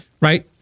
Right